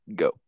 go